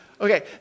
Okay